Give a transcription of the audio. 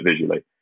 visually